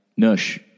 nush